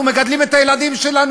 אנחנו מגדלים את הילדים שלנו.